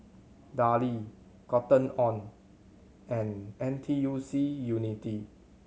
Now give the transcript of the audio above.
Darlie Cotton On and N T U C Unity